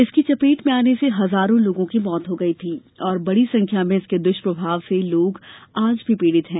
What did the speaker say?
इसकी चपेट में आने से हजारों लोगों की मौत हो गई थी और बड़ी संख्या में इसके दुष्प्रभाव से लोग आज भी पीड़ित हैं